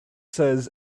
says